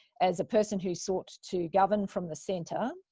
as a person who sought to govern from the center,